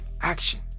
action